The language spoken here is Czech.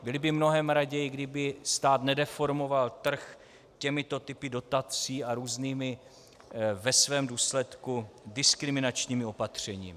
Byli by mnohem raději, kdyby stát nedeformoval trh těmito typy dotací a různými, ve svém důsledku diskriminačními opatřeními.